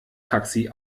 taxi